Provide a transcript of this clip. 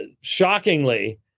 shockingly